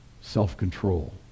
self-control